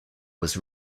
was